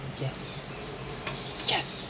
yes yes